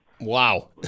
Wow